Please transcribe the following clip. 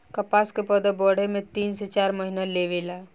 कपास के पौधा बढ़े में तीन से चार महीना लेवे ला